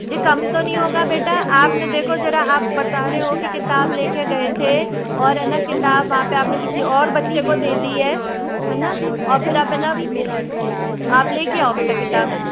जी कम तो नहीं होगा बेटा आपने देखो जरा आप बता रहे हो की किताब लेके गए थे और है ना किताब वहाँ पे आपने किसी और बच्चे को दे दी है है ना और फिर आप है ना आप लेके आओ बेटा किताब